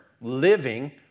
living